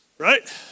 right